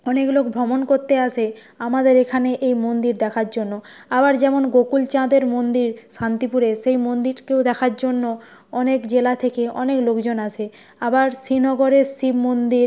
অনেক লোক ভ্রমণ করতে আসে আমাদের এখানে এই মন্দির দেখার জন্য আবার যেমন গোকুল চাঁদের মন্দির শান্তিপুরে সেই মন্দিরকেও দেখার জন্য অনেক জেলা থেকে অনেক লোকজন আসে আবার শ্রীনগরের শিব মন্দির